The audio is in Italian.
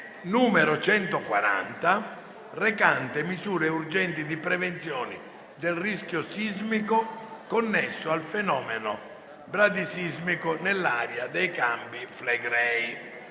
n. 140, recante misure urgenti di prevenzione del rischio sismico connesso al fenomeno bradisismico nell'area dei Campi Flegrei»